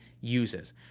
uses